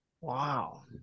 Wow